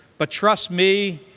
but trust me.